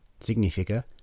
Significa